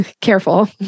careful